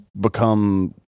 become